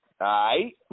right